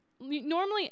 normally